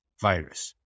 virus